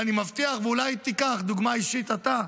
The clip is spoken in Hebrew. ואולי תיקח דוגמה אישית אתה,